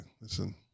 Listen